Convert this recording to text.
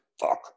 fuck